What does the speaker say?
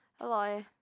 Hello